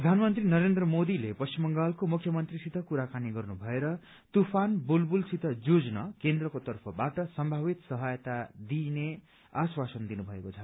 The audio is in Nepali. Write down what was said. प्रधानमन्त्री नरेन्द्र मोदीले पश्चिम बंगालको मुख्यमन्त्रीसित कुराकानी गर्नु भएर तूफान बुलबुलसित जुझ्न केन्द्रको तर्फबाट सम्भावित सहायता दिइने आश्वासन दिनुभएको छ